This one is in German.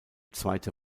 zweite